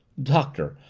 doctor!